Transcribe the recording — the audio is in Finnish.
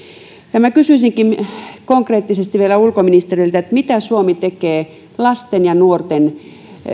ja minä kysyisinkin konkreettisesti vielä ulkoministeriltä mitä suomi tekee lasten ja nuorten